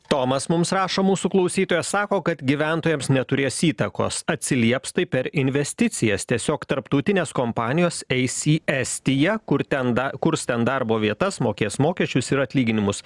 tomas mums rašo mūsų klausytoja sako kad gyventojams neturės įtakos atsilieps tai per investicijas tiesiog tarptautinės kompanijos eis į estiją kur ten da kurs ten darbo vietas mokės mokesčius ir atlyginimus